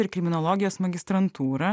ir kriminologijos magistrantūrą